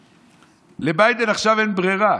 לביידן עכשיו אין ברירה.